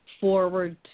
forward